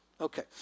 Okay